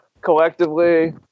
collectively